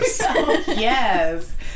Yes